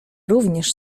również